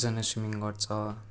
कतिजना स्विमिङ गर्छ